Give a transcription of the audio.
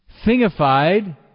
thingified